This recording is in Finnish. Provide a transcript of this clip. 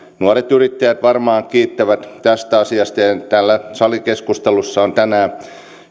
nuoret yrittäjät varmaan kiittävät tästä asiasta ja täällä salikeskustelussa on tänään